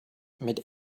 mit